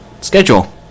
schedule